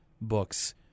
books